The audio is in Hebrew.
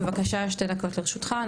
בבקשה שתי דקות לרשותך.